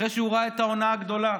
אחרי שהוא ראה את ההונאה הגדולה,